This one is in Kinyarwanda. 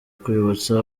kwibutsa